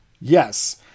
Yes